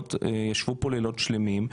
סיעות ישבו פה לילות שלמים,